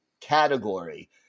category